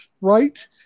right